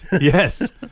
Yes